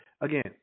Again